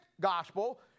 gospel